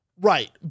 Right